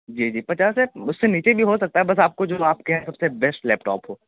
جی جی پچاس ہزار اس سے نیچے بھی ہو سکتا ہے بس آپ کو جو آپ کے یہاں سب سے بیسٹ لیپ ٹاپ ہو